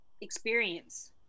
experience